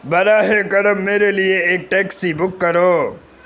براہ کرم میرے لیے ایک ٹیکسی بک کرو